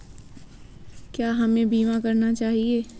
क्या हमें बीमा करना चाहिए?